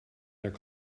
their